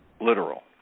literal